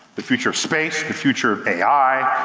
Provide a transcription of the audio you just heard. the future of space, the future of ai,